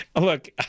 look